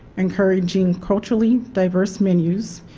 encouraging culturally diverse menus,